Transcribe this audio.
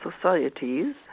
societies